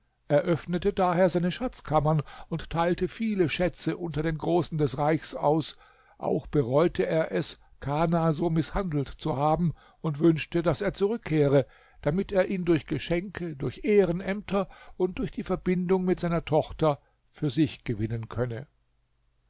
öffnete daher seine schatzkammern und teilte viele schätze unter den großen des reichs aus auch bereute er es kana so mißhandelt zu haben und wünschte daß er zurückkehre damit er ihn durch geschenke durch ehrenämter und durch die verbindung mit seiner tochter für sich gewinnen könne